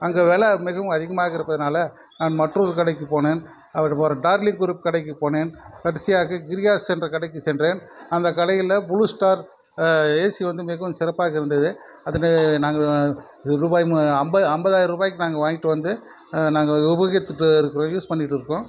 அங்கே விலை ரொம்ப அதிகமாக இருப்பதுனால் நான் மற்றொரு கடைக்கு போனேன் டார்லிக் குரூப் கடைக்கு போனேன் கடைசியாக கிரியாஸ் என்ற கடைக்கு சென்றேன் அந்த கடையில் ப்ளூ ஸ்டார் ஏசி வந்து மிகவும் சிறப்பாக இருந்தது அதில் நாங்கள் ரூபாய் ஐம்பது ஐம்பதாயிர ரூபாய்க்கு நாங்கள் வாங்கிகிட்டு வந்து நாங்கள் உபயோகித்துட்டு யூஸ் பண்ணிக்கிட்டு இருக்கிறோம்